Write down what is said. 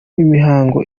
imihango